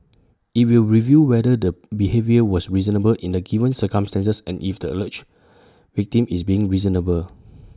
IT will review whether the behaviour was reasonable in the given circumstances and if the alleged victim is being reasonable